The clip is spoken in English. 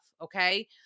Okay